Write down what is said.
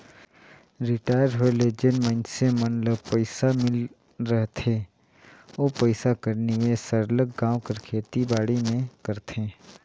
retire होए ले जेन मइनसे मन ल पइसा मिल रहथे ओ पइसा कर निवेस सरलग गाँव कर खेती बाड़ी में करथे